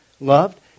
loved